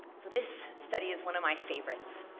so, this study is one of my favorites.